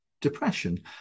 depression